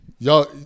Y'all –